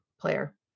player